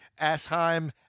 Asheim